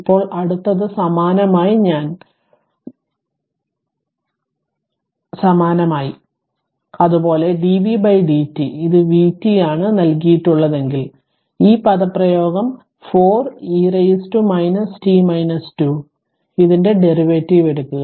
ഇപ്പോൾ അടുത്തത് സമാനമായി ഞാൻ ഇത് മായ്ക്കട്ടെ അതുപോലെ dvdt ഇത് vt ആണ് നൽകിയിട്ടുള്ളതെങ്കിൽ ഈ പദപ്രയോഗം 4 e പവറിന് t 2 ഇതിന്റെ ഡെറിവേറ്റീവ് എടുക്കുക